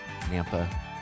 Nampa